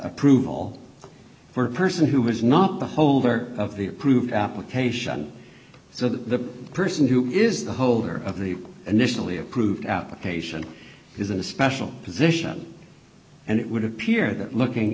approval for a person who is not the holder of the approved application so the person who is the holder of the initially approved application is a special position and it would appear that looking